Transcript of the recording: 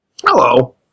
Hello